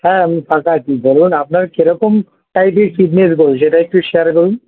হ্যাঁ আমি ফাঁকা আছি বলুন আপনার কিরকম টাইপের ফিটনেস দেবো সেটা একটু শেয়ার করুন